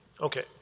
Okay